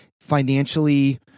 financially